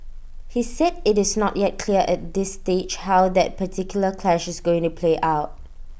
he said IT is not yet clear at this stage how that particular clash is going to play out